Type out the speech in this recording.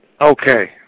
Okay